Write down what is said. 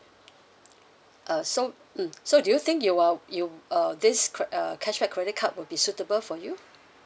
uh so mm so do you think you will you err this cre~ uh cashback credit card will be suitable for you